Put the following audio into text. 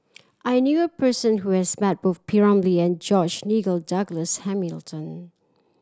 I knew a person who has met both P Ramlee and George Nigel Douglas Hamilton